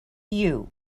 you